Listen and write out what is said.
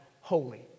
holy